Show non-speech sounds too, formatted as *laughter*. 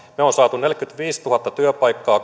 olemme saaneet tänne neljäkymmentäviisituhatta työpaikkaa *unintelligible*